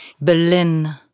Berlin